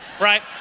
right